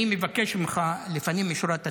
אני מבקש ממך, לפנים משורת הדין,